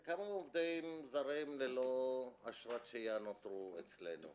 כמו עובדים זרים ללא אשרת שהייה נותרו אצלנו?